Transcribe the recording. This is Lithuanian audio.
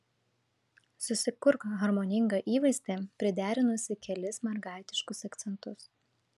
susikurk harmoningą įvaizdį priderinusi kelis mergaitiškus akcentus